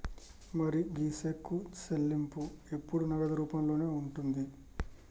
మరి గీ సెక్కు చెల్లింపు ఎప్పుడు నగదు రూపంలోనే ఉంటుంది